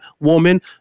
woman